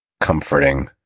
comforting